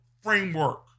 framework